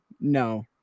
No